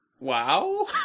Wow